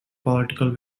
political